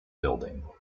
building